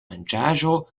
manĝaĵo